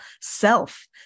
self